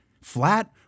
flat